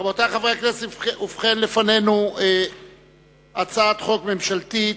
רבותי חברי הכנסת, ובכן, לפנינו הצעת חוק ממשלתית.